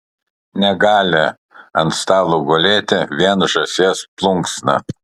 negali ant stalo gulėti vien žąsies plunksna